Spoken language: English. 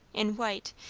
in white,